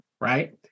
right